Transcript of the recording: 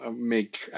make